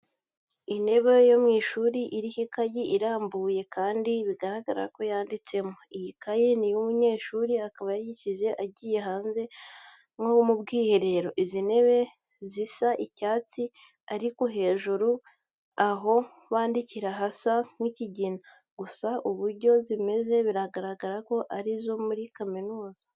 Intebe yo mu ishuri iriho ikayi irambuye kandi bigaragara ko yanditsemo. Iyi kayi ni iy'umunyeshuri, akaba yayisize agiye hanze ku bwiherero. Izi ntebe zisa icyatsi ariko hejuru aho bandikira hasa nk'ikigina, gusa uburyo zimeze biragaragara ko ari izo muri kaminuza.